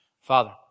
Father